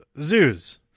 zoos